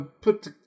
put